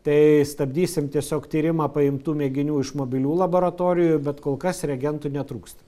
tai stabdysim tiesiog tyrimą paimtų mėginių iš mobilių laboratorijų bet kol kas reagentų netrūksta